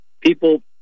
People